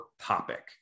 topic